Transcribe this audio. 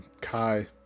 Kai